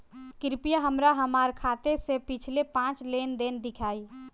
कृपया हमरा हमार खाते से पिछले पांच लेन देन दिखाइ